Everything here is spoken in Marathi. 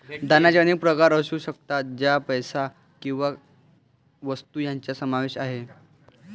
दानाचे अनेक प्रकार असू शकतात, ज्यात पैसा, सेवा किंवा वस्तू यांचा समावेश आहे